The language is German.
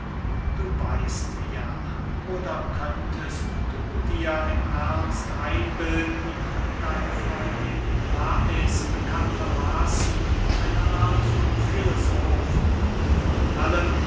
du weißt ja oder könntest du dir im ernst einbilden deine freundin lais bekannter maßen eine art von filosof und von allem